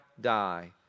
die